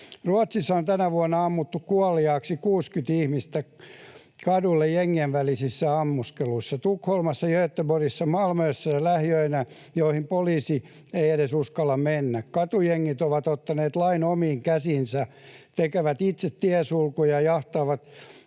Ruotsissa on tänä vuonna ammuttu kadulle kuoliaaksi 60 ihmistä jengien välisissä ammuskeluissa. Tukholmassa, Göteborgissa ja Malmössä on lähiöitä, joihin poliisi ei edes uskalla mennä. Katujengit ovat ottaneet lain omiin käsiinsä, tekevät itse tiesulkuja ja jahtaavat